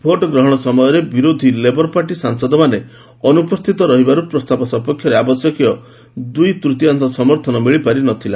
vote ଗ୍ରହଣ ସମୟରେ ବିରୋଧୀ ଲେବର ପାର୍ଟିର ସାଂସଦମାନେ ଅନୁପସ୍ଥିତ ରହିବାରୁ ପ୍ରସ୍ତାବ ସପକ୍ଷରେ ଆବଶ୍ୟକୀୟ ଦୁଇ ତୂତୀୟାଂଶ ସମର୍ଥନ ମିଳିପାରି ନଥିଲା